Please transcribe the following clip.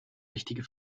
wichtige